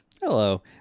Hello